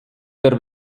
der